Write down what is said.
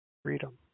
freedom